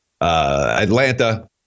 Atlanta